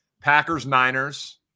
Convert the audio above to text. Packers-Niners